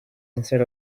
instead